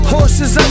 Horses